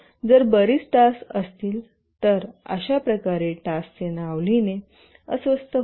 जर बरीच टास्क असतील तर अशाप्रकारे टास्कचे नाव लिहिणे अस्वस्थ होते